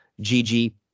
Gigi